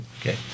Okay